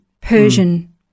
Persian